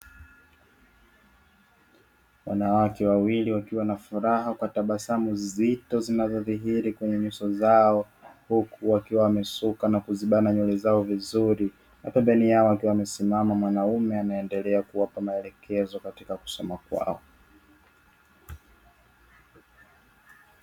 Wanawake wawili wakiwa na furaha kwa tabasamu zito zimedhihiri kwenye nyuso zao, huku wakiwa wamesuka na kuzibana nywele zao vizuri, pembeni yao akiwa amesimama mwanaume anaendelea kuwapa maelekezo katika kusoma kwao.